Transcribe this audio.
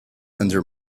under